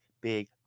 big